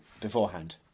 Beforehand